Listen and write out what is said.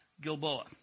Gilboa